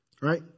Right